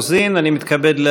בבקשה, גברתי.